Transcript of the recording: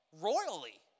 royally